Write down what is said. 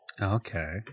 Okay